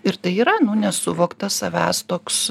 ir tai yra nu nesuvoktas savęs toks